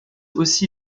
aussi